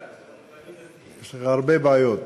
יש לך הרבה בעיות.